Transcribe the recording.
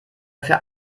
für